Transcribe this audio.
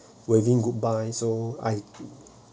waving goodbye so I